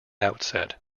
outset